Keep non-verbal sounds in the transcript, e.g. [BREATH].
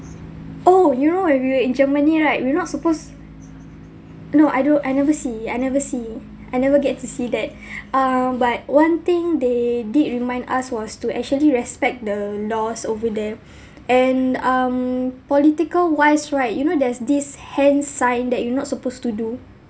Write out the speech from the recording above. oh you know when we were in germany right we're not supposed no I don't I never see I never see I never get to see that [BREATH] um but one thing they did remind us was to actually respect the laws over there [BREATH] and um political wise right you know there's this hand sign that you're not supposed to do